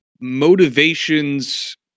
motivations